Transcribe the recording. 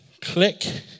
Click